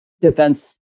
defense